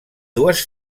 dues